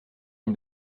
une